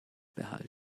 behalten